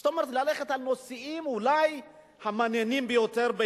זאת אומרת, ללכת על נושאים אולי המעניינים ביותר.